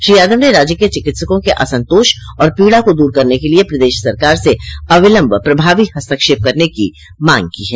श्री यादव ने राज्य के चिकित्सकों के असंतोष और पीड़ा को दूर करने के लिए प्रदेश सरकार से अविलम्ब प्रभावी हस्तक्षेप करने की मांग की है